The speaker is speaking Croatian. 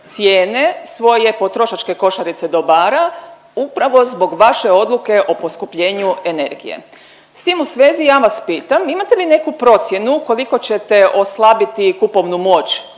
cijene svoje potrošačke košarice dobara upravo zbog vaše odluke o poskupljenju energije. S tim u svezi ja vas pitam imate li neku procjenu koliko ćete oslabiti kupovnu moć